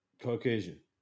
Caucasian